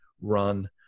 run